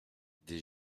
des